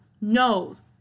knows